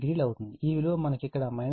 80 ఈ విలువ మనకు ఇక్కడ 21